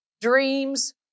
dreams